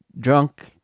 drunk